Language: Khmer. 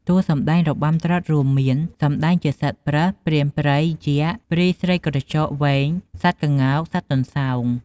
តួសម្ដែងរបាំត្រុដិរួមមាន សម្តែងជាសត្វប្រើស ព្រានព្រៃ យក្ស ព្រាយស្រីក្រចកវែង សត្វក្ងោក សត្វទន្សោង។